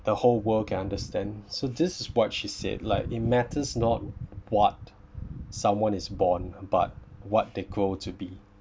the whole world can understand so this is what she said like it matters not what someone is born but what they grow to be